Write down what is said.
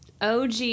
OG